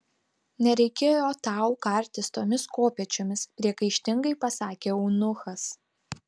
nereikėjo tau kartis tomis kopėčiomis priekaištingai pasakė eunuchas